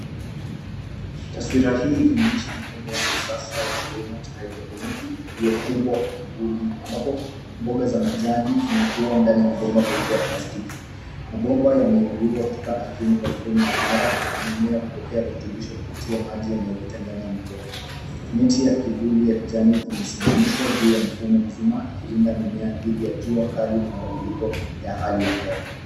Taswira hii inaonyesha mfumo wa kisasa wa kilimo cha hydroponiki iliyofungwa kwa kivuli, ambapo mboga za majani zinakua ndani ya mabomba meupe ya plastiki. Mabomba yameinuliwa kutoka ardhini kwa fremu imara na mimea hupokea virutubisho kupitia maji yanayopita ndani ya mabomba. Mti ya kivuli ya kijani imesimamishwa juu ya mfumo mzima ikilinda mimea dhidi ya jua kali na mabadiliko ya hali ya hewa.